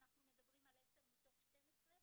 אנחנו מדברים על עשרה מתוך 12,